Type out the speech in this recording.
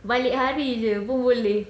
balik hari jer pun boleh